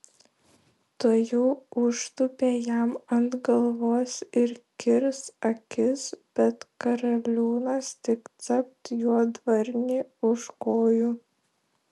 tuojau užtūpė jam ant galvos ir kirs akis bet karaliūnas tik capt juodvarnį už kojų